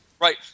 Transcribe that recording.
Right